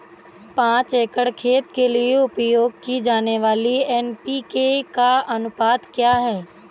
पाँच एकड़ खेत के लिए उपयोग की जाने वाली एन.पी.के का अनुपात क्या है?